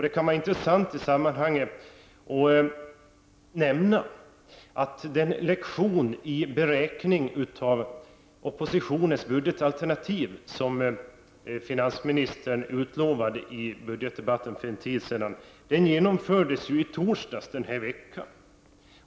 Det kan vara intressant i sammanhanget att nämna att den lektion i budgetberäkning inför oppositionens utarbetande av budgetalternativen som finansministern utlovade i budgetdebatten för en tid sedan, genomfördes i går.